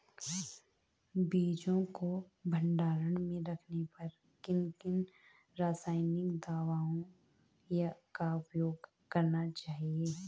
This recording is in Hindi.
बीजों को भंडारण में रखने पर किन किन रासायनिक दावों का उपयोग करना चाहिए?